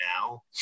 now